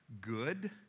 good